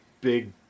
big